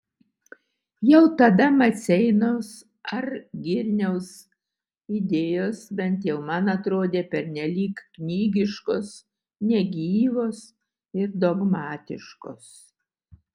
jau tada maceinos ar girniaus idėjos bent jau man atrodė pernelyg knygiškos negyvos ir dogmatiškos